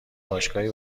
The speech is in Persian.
باشگاهی